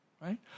right